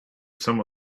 some